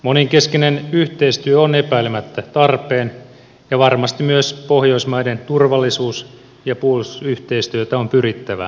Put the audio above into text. monenkeskinen yhteistyö on epäilemättä tarpeen ja varmasti myös pohjoismaiden turvallisuus ja puolustusyhteistyötä on pyrittävä kehittämään